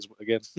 again